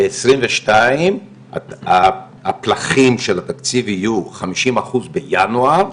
ב-2022 הפלחים של התקציב יהיו חמישים אחוז בינואר,